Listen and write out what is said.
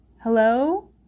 Hello